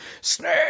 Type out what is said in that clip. Snake